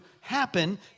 happen